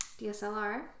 DSLR